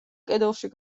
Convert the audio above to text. კედელში